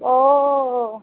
অঁ